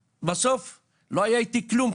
בסוף לא היה אתי כלום,